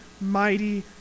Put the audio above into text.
mighty